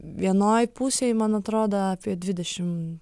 vienoj pusėj man atrodo apie dvidešim